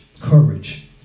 courage